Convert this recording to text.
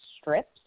strips